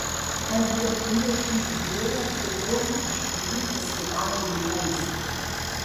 tad tebūnie ši idėja pirmoji iš trijų festivalio dimensijų